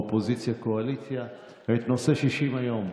אופוזיציה-קואליציה, בנושא 60 הימים.